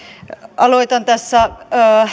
aloitan tässä